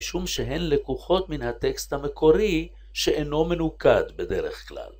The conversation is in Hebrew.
משום שהן לקוחות מן הטקסט המקורי שאינו מנוקד בדרך כלל.